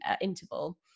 interval